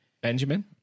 Benjamin